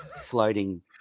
floating